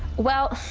well,